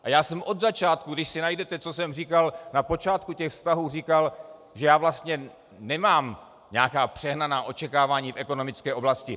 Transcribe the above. A já jsem od začátku, když si najdete, co jsem říkal na počátku těch vztahů, říkal, že já vlastně nemám nějaká přehnaná očekávání v ekonomické oblasti.